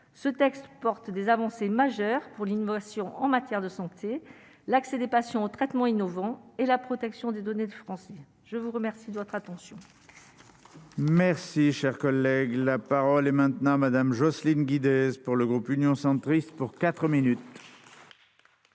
ce texte porte des avancées majeures pour l'innovation en matière de santé l'accès des patients aux traitements innovants et la protection des données, de France, je vous remercie de votre attention. Merci, cher collègue, la parole est maintenant à Madame Jocelyne Guidez pour le groupe Union centriste pour quatre minutes.